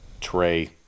tray